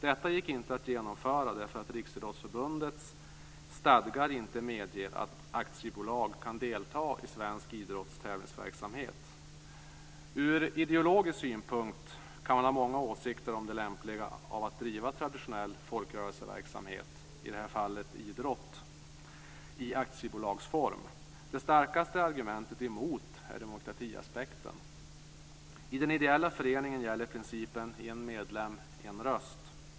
Detta gick inte att genomföra därför att Ur ideologisk synpunkt kan man ha många åsikter om det lämpliga i att driva traditionell folkrörelseverksamhet, i det här fallet idrott, i aktiebolagsform. Det starkaste argumentet emot är demokratiaspekten. en röst.